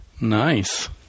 Nice